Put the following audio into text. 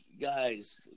guys